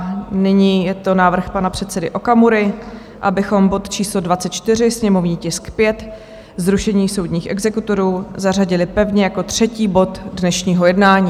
Nyní je to návrh pana předsedy Okamury, abychom bod číslo 24, sněmovní tisk 5, zrušení soudních exekutorů, zařadili pevně jako třetí bod dnešního jednání.